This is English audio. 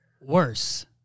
worse